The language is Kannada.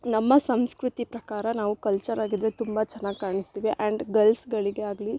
ನಮ್ಮ ಸಂಸ್ಕೃತಿ ಪ್ರಕಾರ ನಾವು ಕಲ್ಚರಾಗಿದ್ರೆ ತುಂಬ ಚೆನ್ನಾಗ್ ಕಾಣಿಸ್ತೀವಿ ಆ್ಯಂಡ್ ಗಲ್ಸ್ಗಳಿಗೆ ಆಗಲಿ